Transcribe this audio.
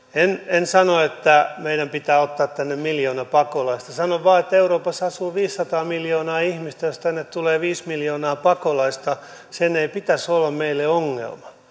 en sano että meidän pitää ottaa tänne miljoona pakolaista sanon vain että euroopassa asuu viisisataa miljoonaa ihmistä ja jos tänne tulee viisi miljoonaa pakolaista sen ei pitäisi olla meille ongelma